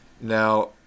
Now